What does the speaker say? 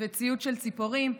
וציוץ של ציפורים.